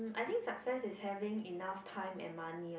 I think success is having enough time and money lah